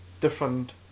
different